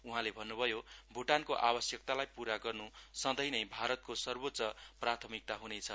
उहाँले भन्नभयो भूटानको आवश्यकतालाई पूरा गर्नु सँधै नै भारतको सर्वोच्च प्राथमिकता हुनेछ